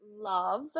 love